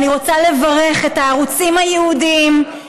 אני רוצה לברך את הערוצים הייעודיים,